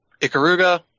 Ikaruga